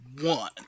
one